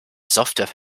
software